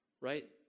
right